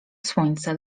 słońce